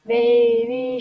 Baby